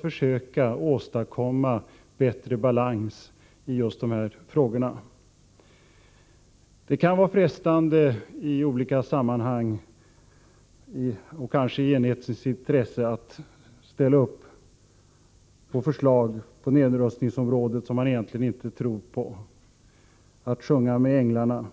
försök att åstadkomma bättre balans i de här frågorna. Det kan vara frestande i olika sammanhang — och kanske i enhetens intresse — att ställa upp på förslag på nedrustningsområdet som man egentligen inte tror på, att sjunga med änglarna.